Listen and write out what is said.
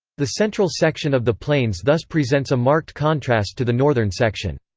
the central section of the plains thus presents a marked contrast to the northern section.